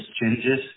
changes